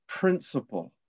principle